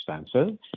expensive